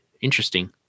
interesting